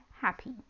happy